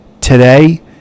today